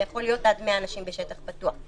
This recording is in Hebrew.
זה יכול להיות עד 100 אנשים בשטח פתוח.